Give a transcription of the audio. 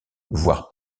voir